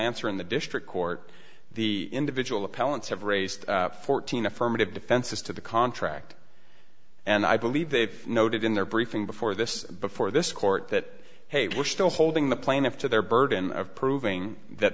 answer in the district court the individual appellants have raised fourteen affirmative defenses to the contract and i believe they noted in their briefing before this before this court that hey we're still holding the plaintiff to their burden of proving that